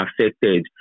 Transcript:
affected